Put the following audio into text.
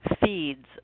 feeds